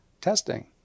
testing